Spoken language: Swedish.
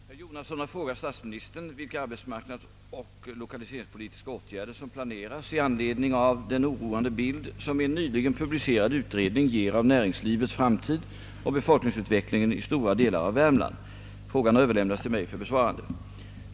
Herr talman! Herr Jonasson har frågat statsministern vilka arbetsmarknadsoch lokaliseringspolitiska åtgärder som planeras i anledning av den oroande bild som en nyligen publicerad utredning ger av näringslivets framtid och befolkningsutvecklingen i stora delar av Värmland. Frågan har överlämnats till mig för besvarande.